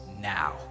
now